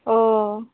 अ